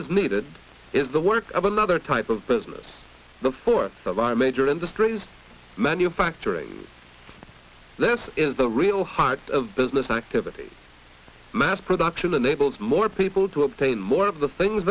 is needed is the work of another type of business the force of our major industries manufacturing this is the real heart of business activity mass production levels more people to obtain more of the things